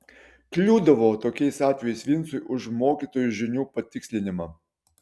kliūdavo tokiais atvejais vincui už mokytojų žinių patikslinimą